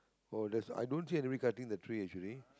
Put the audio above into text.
oh that's i don't see anybody cutting the tree actually